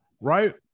right